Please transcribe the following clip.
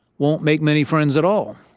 won't make many friends at all.